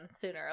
sooner